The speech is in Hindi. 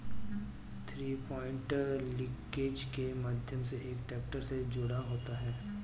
थ्रीपॉइंट लिंकेज के माध्यम से एक ट्रैक्टर से जुड़ा होता है